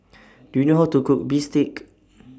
Do YOU know How to Cook Bistake